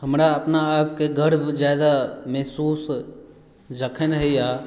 हमरा अपना आपकेँ गर्व ज्यादा महसूस जखन होइया